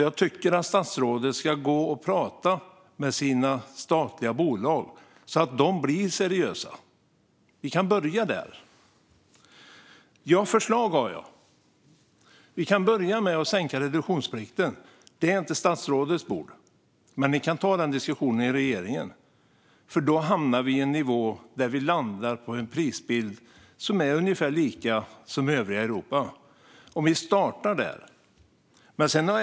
Jag tycker att statsrådet ska prata med sina statliga bolag så att de blir seriösa. Ni kan börja där. Ja, förslag har jag. Vi kan börja med att sänka reduktionsplikten. Det är inte statsrådets bord. Men ni kan ta den diskussionen i regeringen, för då landar vi på en prisbild som är på ungefär samma nivå som i övriga Europa. Ni kan starta där.